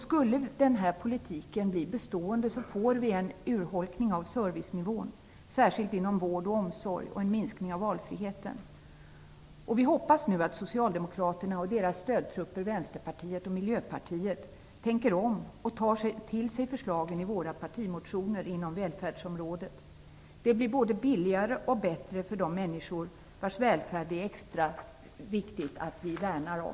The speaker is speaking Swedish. Skulle den här politiken bli bestående får vi en urholkning av servicenivån, särskilt inom vård och omsorg, och en minskning av valfriheten. Vi hoppas nu att Socialdemokraterna och deras stödtrupper Vänsterpartiet och Miljöpartiet tänker om och tar till sig förslagen i våra partimotioner på välfärdsområdet. Det blir både billigare och bättre för de människor vars välfärd det är extra viktigt att vi värnar om.